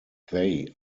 they